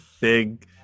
big